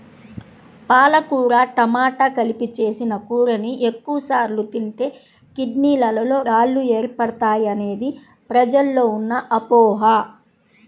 పాలకూర టమాట కలిపి చేసిన కూరని ఎక్కువ సార్లు తింటే కిడ్నీలలో రాళ్లు ఏర్పడతాయనేది ప్రజల్లో ఉన్న అపోహ